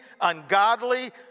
ungodly